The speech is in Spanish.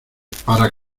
para